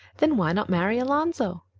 then why not marry alonzo?